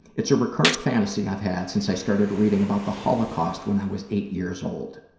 it's a recurrent fantasy i've had since i started reading about the holocaust when i was eight years old.